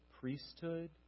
priesthood